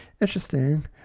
interesting